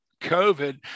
COVID